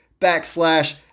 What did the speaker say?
backslash